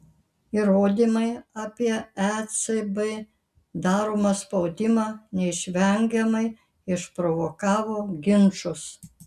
įrodymai apie ecb daromą spaudimą neišvengiamai išprovokavo ginčus